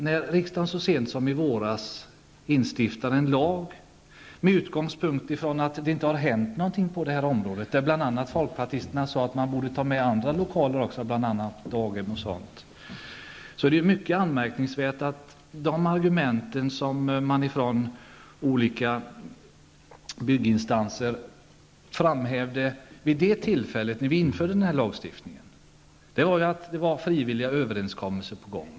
När riksdagen så sent som i våras instiftade en lag, med utgångspunkt från att det inte har hänt någonting på detta område, sade bl.a. folkpartisterna att man borde ta med också andra lokaler, bl.a. daghem. Det argument som olika bygginstanser framhävde när lagstiftningen infördes var att frivilliga överenskommelser var på gång.